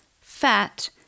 fat